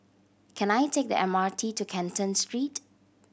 can I take the M R T to Canton Street